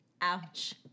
Ouch